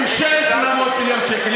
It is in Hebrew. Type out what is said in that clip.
אישר 800 מיליון שקל.